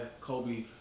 Kobe